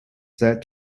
said